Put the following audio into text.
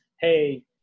hey